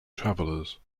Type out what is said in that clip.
travelers